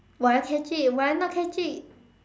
will I catch it will I not catch it